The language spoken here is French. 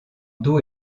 dos